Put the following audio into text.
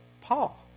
Paul